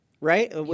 right